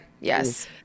Yes